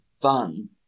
fun